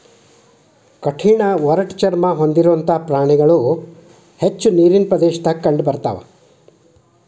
ಕಠಿಣ ಒರಟ ಚರ್ಮಾ ಹೊಂದಿರುವಂತಾ ಪ್ರಾಣಿಗಳು ಇವ ಹೆಚ್ಚ ನೇರಿನ ಪ್ರದೇಶದಾಗ ಕಂಡಬರತಾವ